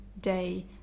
day